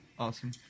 Awesome